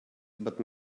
but